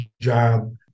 job